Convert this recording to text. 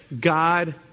God